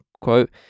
Quote